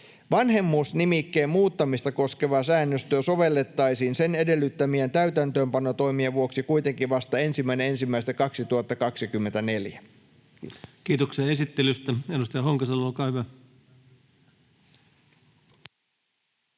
Vanhemmuusnimikkeen muuttamista koskevaa säännöstä sovellettaisiin sen edellyttämien täytäntöönpanotoimien vuoksi kuitenkin vasta 1.1.2024. [Speech